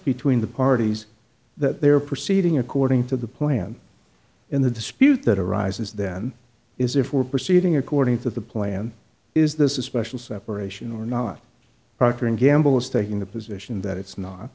between the parties that they are proceeding according to the plan in the dispute that arises then is if we're proceeding according to the plan is this a special separation or not procter and gamble is taking the position that it's not